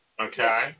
Okay